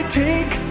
take